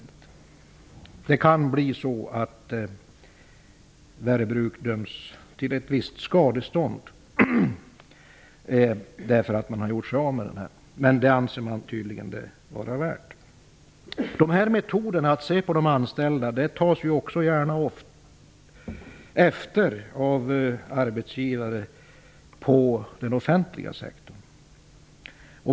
Det kan bli så att Värö bruk döms att betala ett visst skadestånd, men det anser bruket tydligen att det är värt. Denna metod att se på de anställda tas gärna efter av arbetsgivare inom den offentliga sektorn.